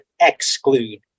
exclude